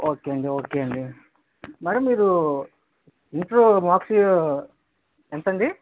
okay అండి okay అండి madam మీరు ఇంటర్ మార్క్స్ ఎంతండి